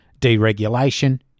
deregulation